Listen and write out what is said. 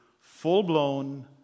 full-blown